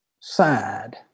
sad